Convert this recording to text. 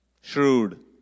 Shrewd